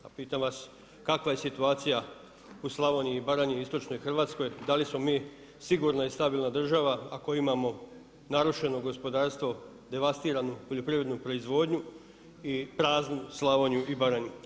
Pa pitam vas kakva je situacija u Slavoniji i Baranji, istočnoj Hrvatskoj, da li smo mi sigurna i stabilna država ako imamo narušeno gospodarstvo, devastiranu poljoprivrednu proizvodnju i praznu Slavoniju i Baranju.